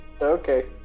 okay